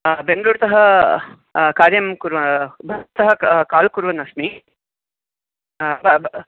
बेङ्गलूर्तः कार्यं कुर्वन् भवतः काल् कुर्वन्नस्मि